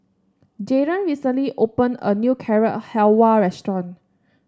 Jaron recently opened a new Carrot Halwa Restaurant